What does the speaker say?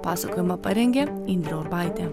pasakojimą parengė indrė urbaitė